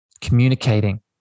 communicating